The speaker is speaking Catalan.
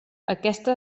aquesta